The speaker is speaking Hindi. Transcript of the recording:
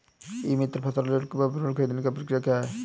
ई मित्र से फसल ऋण का विवरण ख़रीदने की प्रक्रिया क्या है?